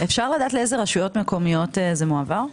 אפשר לדעת לאיזה רשויות מקומיות זה מועבר?